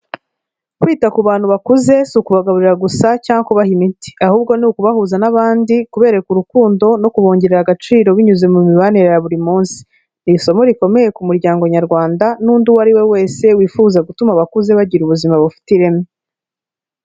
Kwita ku bantu bakuze si ukubagaburira gusa cyangwa kubaha imiti, ahubwo ni ukubahuza n'abandi, kubereka urukundo no kubongerera agaciro, binyuze mu mibanire ya buri munsi, ni isomo rikomeye ku muryango nyarwanda n'undi uwo ari we wese wifuza gutuma abakuze bagira ubuzima bufite ireme.